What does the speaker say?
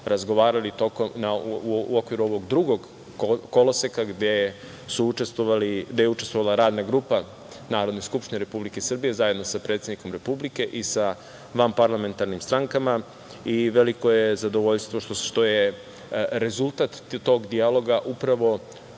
razgovarali u okviru ovog drugog koloseka gde je učestvovala Radna grupa Narodne skupštine Republike Srbije zajedno sa predsednikom Republike i sa vanparlamentarnim strankama. Veliko je zadovoljstvo što je rezultat tog dijaloga upravo